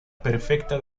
perfecta